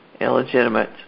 illegitimate